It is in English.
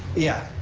yeah,